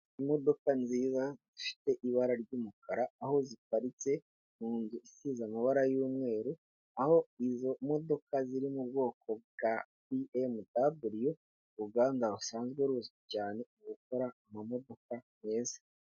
Imodoka nziza ,zifite ibara ry'umukara, aho ziparitse mu nzu isize amabara y'umweru, aho izo modoka ziri mu bwoko bwa BMW, uruganda rusanzwe ruzwi cyane, mu gukora amamodoka meza.